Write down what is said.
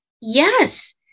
Yes